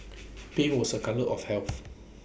pink was A colour of health